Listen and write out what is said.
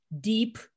deep